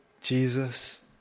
Jesus